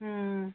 ꯎꯝ